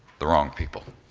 the wrong people.